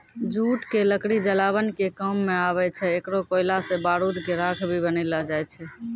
jute के लकड़ी जलावन के काम मॅ आवै छै, एकरो कोयला सॅ बारूद के राख भी बनैलो जाय छै